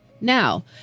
Now